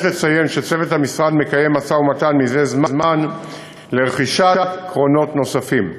יש לציין שצוות המשרד מקיים זה זמן משא-ומתן לרכישת קרונות נוספים.